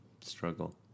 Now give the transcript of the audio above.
struggle